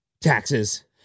Taxes